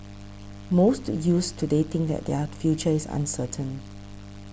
most youths today think that their future is uncertain